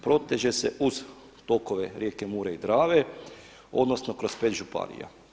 Proteže se uz tokove rijeke Mure i Drave, odnosno kroz pet županija.